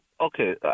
okay